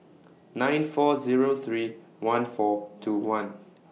nine four Zero three one four two one